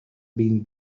been